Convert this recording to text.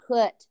put